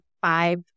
five